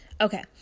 okay